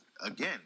again